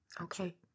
okay